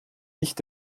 nicht